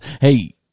Hey